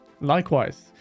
likewise